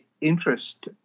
interest